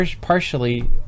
partially